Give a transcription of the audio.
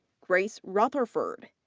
grace rutherford.